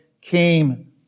came